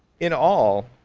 in all,